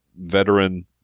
veteran